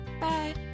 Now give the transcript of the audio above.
Bye